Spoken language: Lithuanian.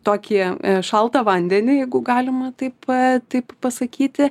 tokį šaltą vandenį jeigu galima taip taip pasakyti